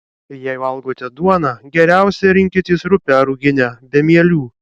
jei valgote duoną geriausia rinkitės rupią ruginę be mielių